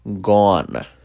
gone